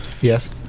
Yes